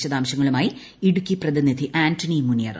വിശദവിവരങ്ങളുമായി ഇടുക്കി പ്രതിനിധി ആന്റണി മുനിയറ